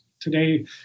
Today